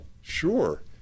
Sure